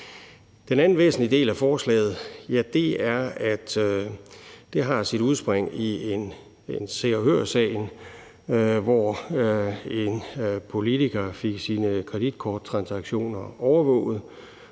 Den anden væsentlige del af forslaget har sit udspring i Se og Hør-sagen, hvor en politiker fik sine kreditkorttransaktioner overvåget,